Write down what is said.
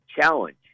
challenge